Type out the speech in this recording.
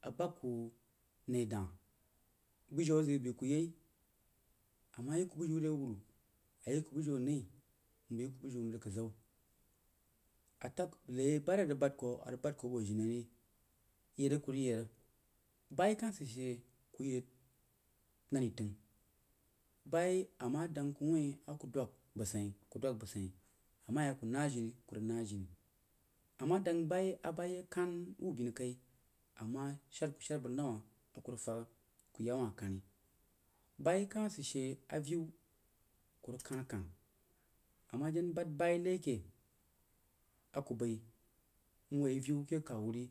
a bak ku re dah` bujiu a zəg bai ku yai ama yi ku bujiu re wura ayi ku bujiu anei mbai yi ku bujiu mri kad zau a təg nai ban a rig bəl kuh a bad kuh boo jini-a ri yeri a ku rig yeri baiyi ka sid she ku yed nan təng bayi ama dəng ku wuin a ku dwəg bəg sein kuh dwəg bəg sein a ma yi aku nah jini ku rig nah jini ama dəng bayi a bayi ye kan wu beni kai ama shadku shaar bəg nəm a ku rig fəg ku ya wah kari bayi ka sid she avieu ku rig kan-kan ama jan bad bayi nai ke a ku bai mwoi avieu ke kawu ri